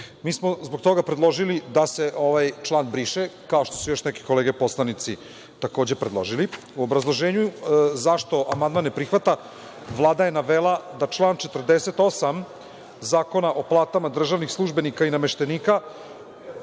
Mi smo zbog toga predložili da se ovaj član briše, kao što su još neke kolege poslanici takođe predložili.U obrazloženju zašto se amandman ne prihvata, Vlada je navela da član 48. Zakona o platama državnih službenika i nameštenika